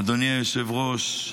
אדוני היושב-ראש,